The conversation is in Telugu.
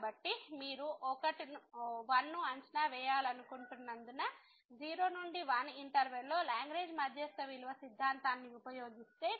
కాబట్టి మీరు 1 ను అంచనా వేయాలనుకుంటున్నందున 0 నుండి 1 ఇంటర్వెల్ లో లాగ్రేంజ్ మధ్యస్థ విలువ సిద్ధాంతాన్ని ఉపయోగిస్తే